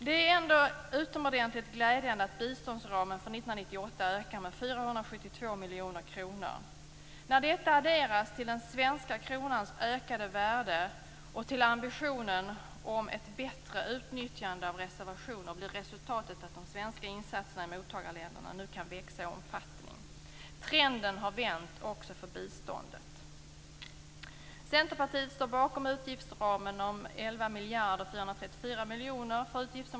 Det är utomordentligt glädjande att biståndsramen för 1998 ökar med 472 miljoner kronor. När detta adderas till den svenska kronans ökade värde och till ambitionen om ett bättre utnyttjande av reservationer blir resultatet att de svenska insatserna i mottagarländerna nu kan växa i omfattning.